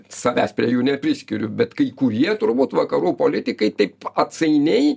savęs prie jų nepriskiriu bet kai kurie turbūt vakarų politikai taip atsainiai